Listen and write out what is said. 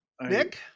Nick